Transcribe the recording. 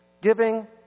Giving